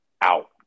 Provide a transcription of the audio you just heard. out